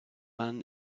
man